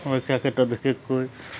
সুৰক্ষাৰ ক্ষেত্ৰত বিশেষকৈ